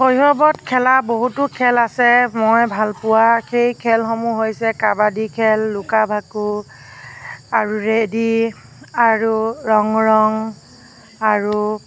শৈশৱত খেলা বহুতো খেল আছে মই ভাল পোৱা খেলসমূহ সেই হৈছে কাবাডী খেল লুকা ভাকু আৰু ৰেডি আৰু ৰং ৰং আৰু